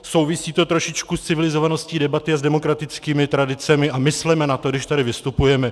Souvisí to trošičku s civilizovaností debaty a s demokratickými tradicemi, a mysleme na to, když tady vystupujeme.